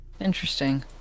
Interesting